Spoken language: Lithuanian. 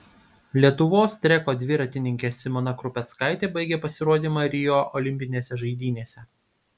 lietuvos treko dviratininkė simona krupeckaitė baigė pasirodymą rio olimpinėse žaidynėse